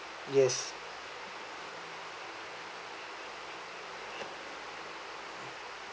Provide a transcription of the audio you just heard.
yes